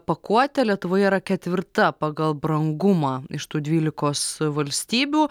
pakuotė lietuvoje yra ketvirta pagal brangumą iš tų dvylikos valstybių